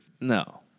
No